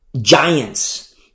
giants